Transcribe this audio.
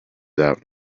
out